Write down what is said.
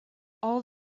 all